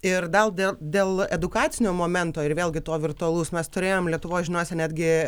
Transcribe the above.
ir dal dėl dėl edukacinio momento ir vėl gi to virtualaus mes turėjome lietuvos žiniose netgi